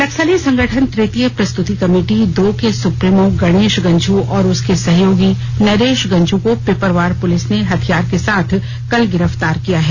नक्सली संगठन तृतीय प्रस्तुति कमेटी दो के सुप्रीमो गणेश गंझू और उसके सहयोगी नरेश गंझू को पिपरवार पुलिस ने हथियार के साथ कल गिरफ्तार किया है